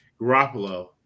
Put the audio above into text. Garoppolo